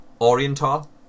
Oriental